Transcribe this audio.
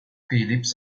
phillips